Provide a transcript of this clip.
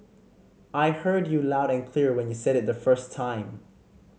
I heard you loud and clear when you said it the first time